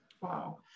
wow